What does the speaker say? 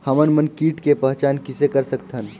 हमन मन कीट के पहचान किसे कर सकथन?